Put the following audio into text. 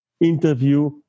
interview